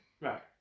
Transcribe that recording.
right